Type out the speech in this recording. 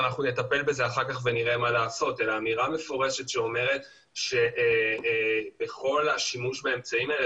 נטפל בזה אחר כך" שאומרת שבכל השימוש באמצעים האלה